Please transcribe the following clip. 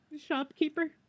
shopkeeper